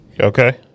Okay